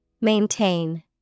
Maintain